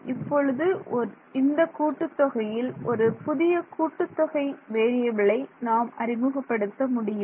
இப்பொழுது இந்த கூட்டுத் தொகையில் ஒரு புதிய கூட்டுத்தொகை வேறியபிலை நாம் அறிமுகப்படுத்த முடியும்